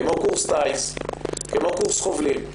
כמו קורס טיס וקורס חובלים,